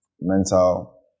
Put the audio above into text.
mental